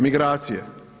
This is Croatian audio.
Migracije.